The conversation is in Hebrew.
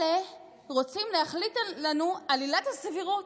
אלה רוצים להחליט לנו על עילת הסבירות.